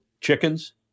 chickens